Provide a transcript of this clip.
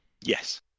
yes